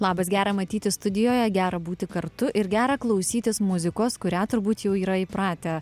labas gera matyti studijoje gera būti kartu ir gera klausytis muzikos kurią turbūt jau yra įpratę